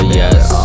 yes